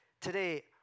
Today